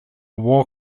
war